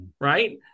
Right